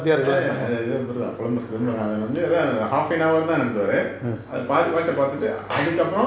ya ya இவர் தான் புலவர்:ivar than pulavar chithambaranathan வந்து:vanthu half an hour தான் நடத்துவாரு:than nadathuvaru watch அ பாத்துட்டு அதுக்கப்புறம்:aa pathuttu athukkappuram